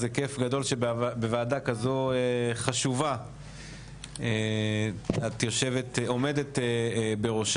זה כיף גדול שבוועדה כזו חשובה את עומדת בראש